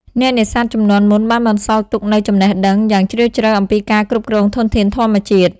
អ្នកនេសាទជំនាន់មុនបានបន្សល់ទុកនូវចំណេះដឹងយ៉ាងជ្រាលជ្រៅអំពីការគ្រប់គ្រងធនធានធម្មជាតិ។